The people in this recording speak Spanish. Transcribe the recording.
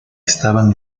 estaban